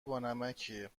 بانمکیه